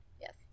Yes